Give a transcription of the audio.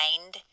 mind